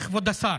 כבוד השר,